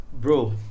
bro